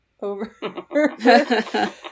over